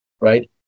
Right